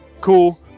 cool